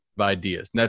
ideas